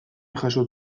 jaso